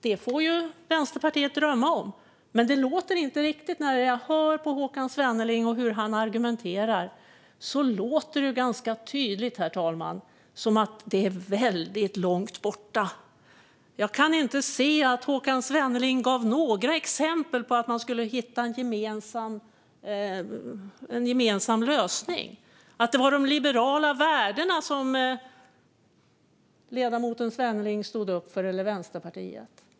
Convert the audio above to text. Det får ju Vänsterpartiet drömma om, herr talman, men när jag hör hur Håkan Svenneling argumenterar framgår det ganska tydligt att det är väldigt långt borta. Jag kan inte se att Håkan Svenneling gav några exempel på att man skulle hitta en gemensam lösning eller att det var de liberala värdena som ledamoten Svenneling och Vänsterpartiet stod upp för.